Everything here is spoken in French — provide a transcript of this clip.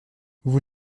vous